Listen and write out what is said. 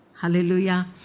Hallelujah